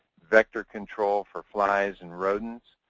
vector control for flies and rodents.